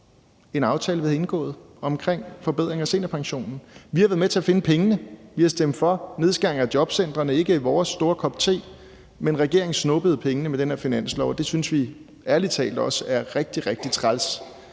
en aftale, vi havde indgået, omkring forbedring af seniorpensionen. Vi har været med til at finde pengene, vi har stemt for nedskæringer af jobcentrene – det var ikke vores store kop te – men regeringen snuppede pengene med den her finanslov, og det synes vi ærlig talt også er rigtig, rigtig træls